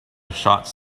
shots